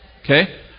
Okay